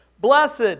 blessed